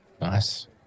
Nice